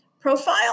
profile